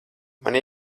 man